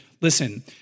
listen